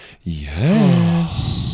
yes